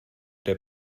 der